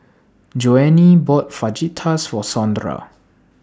Joanie bought Fajitas For Sondra